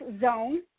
Zone